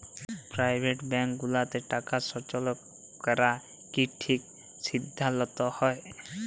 private bank গুলাতে টাকা সল্চয় ক্যরা কি ঠিক সিদ্ধাল্ত হ্যয়